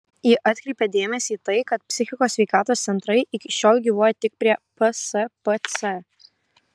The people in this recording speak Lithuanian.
ji atkreipė dėmesį į tai kad psichikos sveikatos centrai iki šiol gyvuoja tik prie pspc